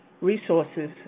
resources